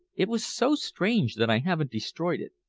it was so strange that i haven't destroyed it.